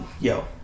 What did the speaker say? yo